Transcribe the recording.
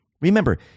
Remember